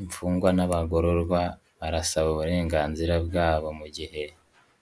Imfungwa n'abagororwa barasaba uburenganzira bwabo, mu gihe